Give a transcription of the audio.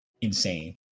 insane